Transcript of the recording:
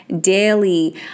daily